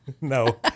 No